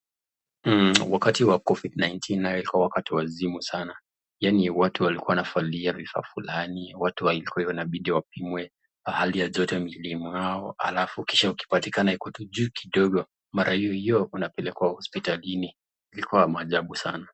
Wakati wa COVID-19 nayo ilikuwa wazimu sana. Yaani watu walikuwa wanavalia vifaa fulani, watu ilikuwa inabidi wapimwe, hali ya joto mwilini mwao, alafu kisha ikipatikana iko juu kidogo mara hio hio unapelekwa kwa hospitalini ilikua ya maajabu sana